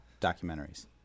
Documentaries